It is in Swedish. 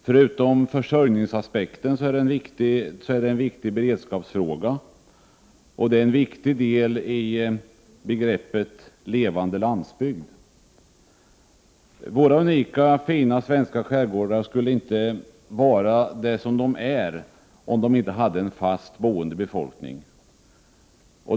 Förutom ur försörjningsaspekt är fisket viktigt från beredskapssynpunkt, och det är en viktig del av begreppet levande landsbygd. Våra unika, fina svenska skärgårdar skulle inte vara vad de är om de inte hade en fast boende befolkning.